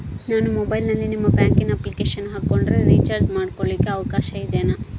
ನಾನು ಮೊಬೈಲಿನಲ್ಲಿ ನಿಮ್ಮ ಬ್ಯಾಂಕಿನ ಅಪ್ಲಿಕೇಶನ್ ಹಾಕೊಂಡ್ರೆ ರೇಚಾರ್ಜ್ ಮಾಡ್ಕೊಳಿಕ್ಕೇ ಅವಕಾಶ ಐತಾ?